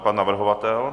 Pan navrhovatel?